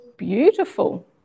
beautiful